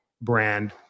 brand